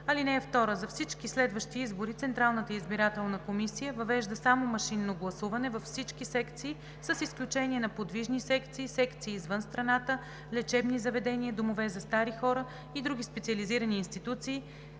секции. (2) За всички следващи избори Централната избирателна комисия въвежда само машинно гласуване във всички секции, с изключение на подвижни секции, секции извън страната, лечебни заведения, домове за стари хора и други специализирани институции